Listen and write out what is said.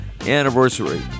anniversary